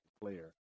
player